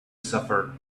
suffer